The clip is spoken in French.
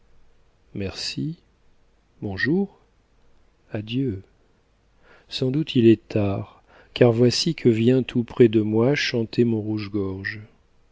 merci bonjour adieu sans doute il est tard car voici que vient tout près de moi chanter mon